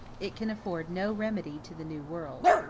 it can afford no remedy to the new world.